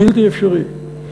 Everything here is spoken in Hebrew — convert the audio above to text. בלתי אפשרי.